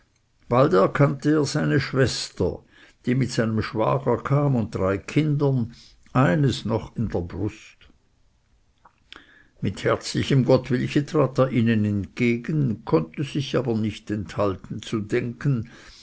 bald erkannte er seine schwester die mit seinem schwager kam und drei kindern eines noch an der brust mit herzlichem gottwillche trat er ihnen entgegen konnte sich aber nicht enthalten zu denken